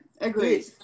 Agreed